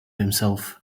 himself